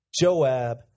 Joab